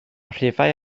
rhifau